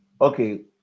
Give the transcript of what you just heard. okay